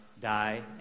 die